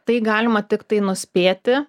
tai galima tiktai nuspėti